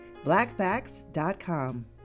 blackfacts.com